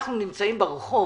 אנחנו נמצאים ברחוב.